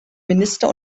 minister